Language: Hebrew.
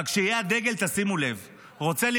אבל כשיהיה הדגל תשימו לב,